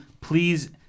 please